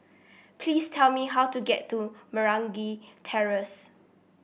please tell me how to get to Meragi Terrace